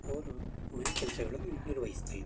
ಅವರು ಮನೆ ಕೆಲಸಗಳನ್ನು ನಿರ್ವಹಿಸ್ತಾ ಇದ್ದರು